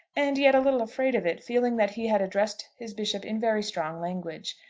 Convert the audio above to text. and yet a little afraid of it, feeling that he had addressed his bishop in very strong language.